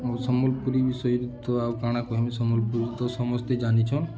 ସମ୍ବଲପୁରୀ ବିଷୟ ତ ଆଉ କାଣାକହାମୀ ସମ୍ବଲପୁରୀ ତ ସମସ୍ତେ ଜାନଣିଛନ୍